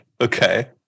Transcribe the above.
Okay